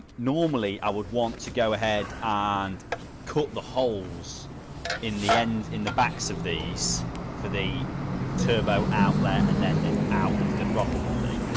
normally. i would want to go ahead um and cut the holes in the ends in the backs of these for the turbo outlet and then then out into the throttle body,